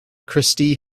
christy